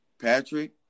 Patrick